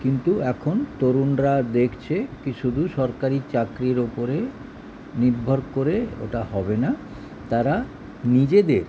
কিন্তু এখন তরুণরা দেখছে কী শুধু সরকারি চাকরির ওপরে নির্ভর করে ওটা হবে না তারা নিজেদের